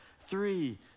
three